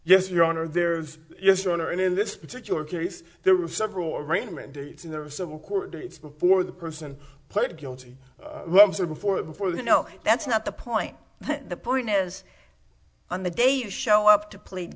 yes your honor there's yes your honor and in this particular case there were several arraignment dates in the civil court dates before the person pled guilty ones or before before you know that's not the point but the point is on the day you show up to plead